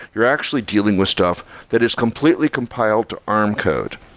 you're actually dealing with stuff that is completely compiled to arm code.